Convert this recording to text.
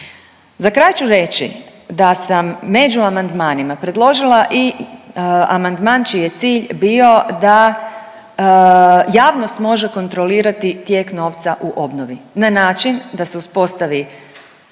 Za kraj ću reći da sam među amandmanima predložila i amandman čiji je cilj bio da javnost može kontrolirati tijek novca u obnovi na način da se uspostavi